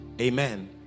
Amen